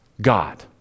God